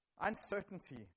uncertainty